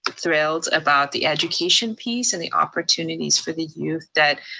thrilled about the education piece and the opportunities for the youth that